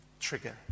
trigger